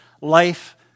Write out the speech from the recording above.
life